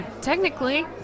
Technically